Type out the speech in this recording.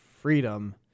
freedom